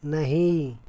नहीं